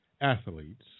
athletes